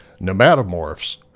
nematomorphs